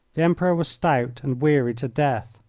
the emperor was stout, and weary to death.